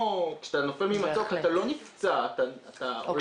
כשאתה נופל ממצוק אתה לא נפצע, אתה הולך לעולמך.